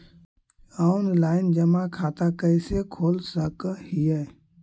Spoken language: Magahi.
ऑनलाइन जमा खाता कैसे खोल सक हिय?